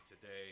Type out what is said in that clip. today